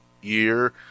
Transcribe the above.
year